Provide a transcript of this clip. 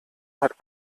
hat